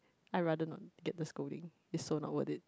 I rather not get the scolding it's so not worth it